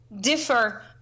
differ